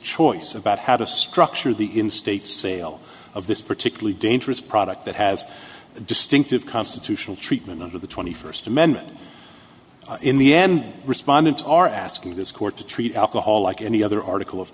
choice about how to structure the in state sale of this particularly dangerous product that has a distinctive constitutional treatment under the twenty first amendment in the end respondents are asking this court to treat alcohol like any other article of